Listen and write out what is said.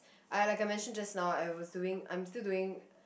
I like I'm mention just now I was doing I'm still doing